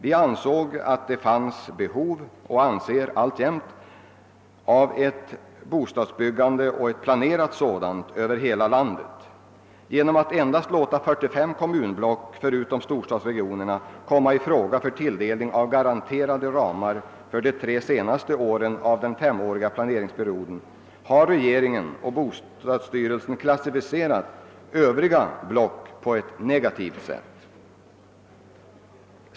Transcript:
Vi ansåg att det fanns behov av bostadsbyggande, och ett planerat sådant, över hela landet. Genom att endast låta 45 kommunblock förutom storstadsregionerna komma i fråga för tilldelning av garanterade ramar för de tre senaste åren i den femåriga planeringsperioden har regeringen och bostadsstyrelsen klassificerat övriga kommunblock på ett negativt sätt.